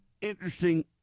interesting